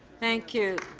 thank you.